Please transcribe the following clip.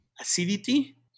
acidity